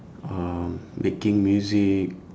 um making music